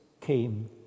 came